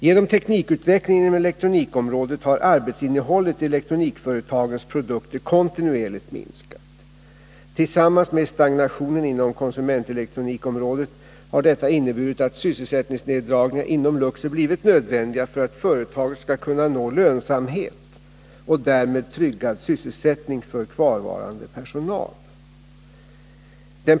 Genom teknikutvecklingen inom elektronikområdet har arbetsinnehållet i elektronikföretagens produkter kontinuerligt minskat. Tillsammans med stagnationen inom konsumentelektronikområdet har detta inneburit att sysselsättningsneddragningar inom Luxor blivit nödvändiga för att företaget skall kunna nå lönsamhet och därmed tryggad sysselsättning för kvarvarande personal.